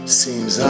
seems